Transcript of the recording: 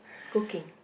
cooking